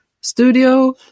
studio